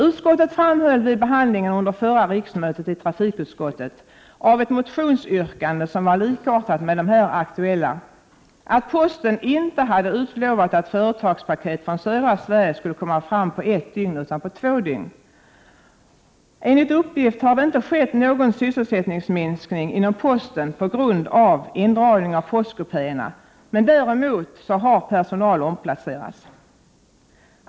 Utskottet framhöll vid behandlingen under förra riksmötet av ett motionsyrkande, likartat med det här aktuella, att posten inte hade utlovat att företagspaket från södra Sverige skulle komma fram på ett dygn utan på två dygn. Enligt uppgift har det inte skett någon sysselsättningsminskning inom posten på grund av indragning av postkupéerna, men däremot har personal omplacerats.